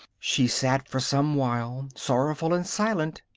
she sat for some while sorrowful and silent,